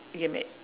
it can be